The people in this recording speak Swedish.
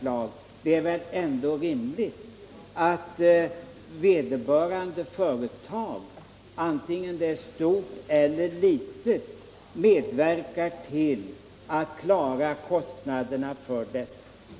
Men det är väl ändå rimligt att vederbörande företag, oavsett om det är stort eller litet, medverkar till att betala kostnaderna för detta.